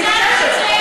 אבל זה מה שהוא הציע לך.